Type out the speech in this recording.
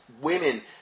women